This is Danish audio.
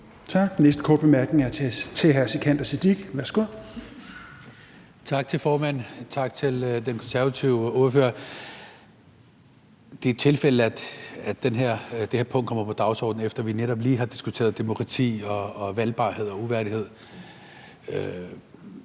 Tak. Den næste korte bemærkning er til hr. Sikandar Siddique. Værsgo. Kl. 17:45 Sikandar Siddique (FG): Tak til formanden, og tak til den konservative ordfører. Det er et tilfælde, at det her punkt kommer på dagsordenen, efter at vi netop lige har diskuteret demokrati, valgbarhed og uværdighed.